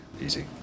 easy